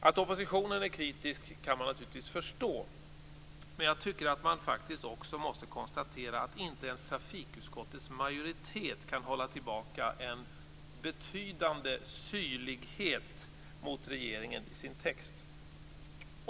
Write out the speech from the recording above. Att oppositionen är kritisk kan man förstå, men man måste också konstatera att inte ens trafikutskottets majoritet kan hålla tillbaka en betydande syrlighet mot regeringen i sin text.